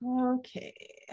Okay